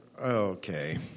okay